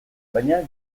baina